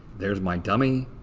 there's my dummy